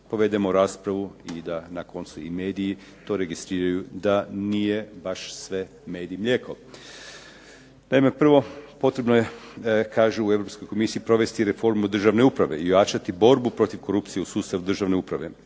povedemo raspravu i da na koncu i mediji to registriraju da nije baš sve med i mlijeko. Naime prvo, potrebno je kažu u Europskoj komisiji provesti reformu državne uprave i ojačati borbu protiv korupcije u sustavu državne uprave